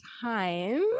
time